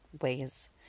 ways